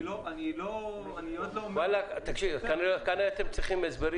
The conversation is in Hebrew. אני עוד לא אומר -- כנראה שאתם צריכים הסברים